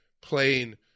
playing